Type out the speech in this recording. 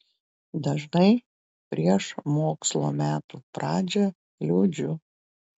dažnai prieš mokslo metų pradžią liūdžiu